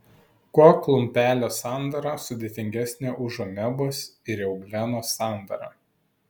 kuo klumpelės sandara sudėtingesnė už amebos ir euglenos sandarą